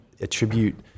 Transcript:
attribute